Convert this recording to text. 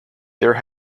there